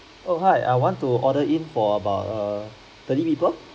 oh hi I want to order in for about err thirty people